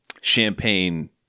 champagne